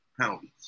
penalties